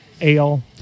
ale